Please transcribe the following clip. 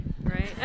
right